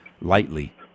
lightly